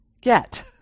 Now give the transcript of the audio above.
get